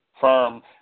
firm